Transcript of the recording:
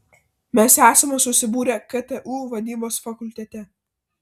mes esame susibūrę ktu vadybos fakultete